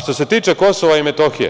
Što se tiče KiM,